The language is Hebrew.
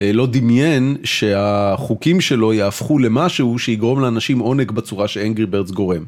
לא דימיין שהחוקים שלו יהפכו למשהו שיגרום לאנשים עונג בצורה ש-Angry birds גורם.